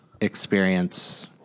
experience